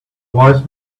wise